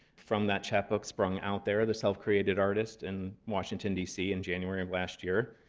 from that chap book sprung out there the self-created artist in washington, dc in january of last year.